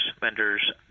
vendors